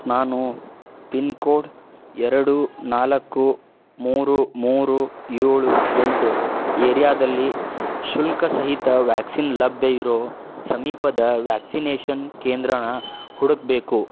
ನಾನು pin code ಎರಡು ನಾಲ್ಕು ಮೂರು ಮೂರು ಏಳು ಎಂಟು ಏರಿಯಾದಲ್ಲಿ ಶುಲ್ಕ ಸಹಿತ ವ್ಯಾಕ್ಸಿನ್ ಲಭ್ಯ ಇರೋ ಸಮೀಪದ ವ್ಯಾಕ್ಸಿನೇಷನ್ ಕೇಂದ್ರನ ಹುಡುಕಬೇಕು